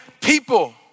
people